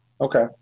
Okay